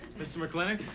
mr. mclintock,